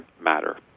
matter